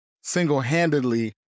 single-handedly